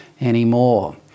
anymore